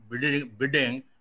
bidding